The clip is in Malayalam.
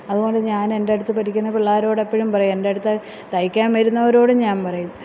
അത്കൊണ്ട് ഞാന് എൻ്റെ അടുത്ത് പഠിക്കുന്ന പിള്ളേരോട് എപ്പോഴും പറയും എൻ്റെ അടുത്ത് തയിക്കാൻ വരുന്നവരോടും ഞാന് പറയും